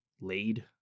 laid